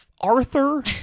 Arthur